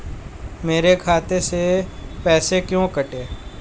मेरे खाते से पैसे क्यों कटे?